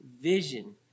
vision